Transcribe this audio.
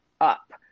up